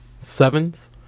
seven's